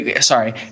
Sorry